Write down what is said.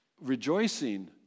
rejoicing